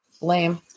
Lame